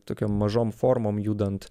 tokiom mažom formom judant